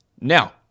Now